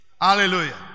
Hallelujah